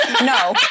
no